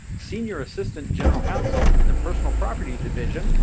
senior assistant, general counsel in the personal property division,